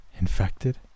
Infected